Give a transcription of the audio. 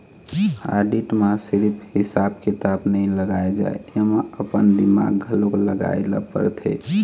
audit म सिरिफ हिसाब किताब नइ लगाए जाए एमा अपन दिमाक घलोक लगाए ल परथे